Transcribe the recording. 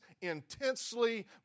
intensely